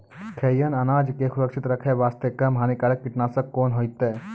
खैहियन अनाज के सुरक्षित रखे बास्ते, कम हानिकर कीटनासक कोंन होइतै?